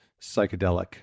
psychedelic